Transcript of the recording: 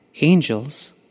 angels